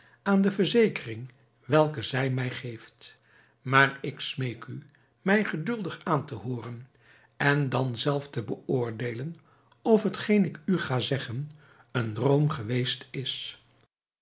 aan de verzekering welke zij mij geeft maar ik smeek u mij geduldig aan te hooren en dan zelf te beoordeelen of hetgeen ik u ga zeggen een droom geweest is